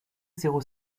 zéro